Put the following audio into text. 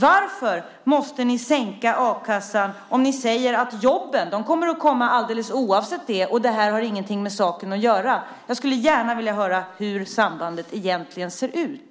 Varför måste ni sänka a-kassan när ni säger att jobben kommer att komma alldeles oavsett detta och att detta inte har någonting med saken att göra? Jag skulle gärna vilja höra hur sambandet egentligen ser ut.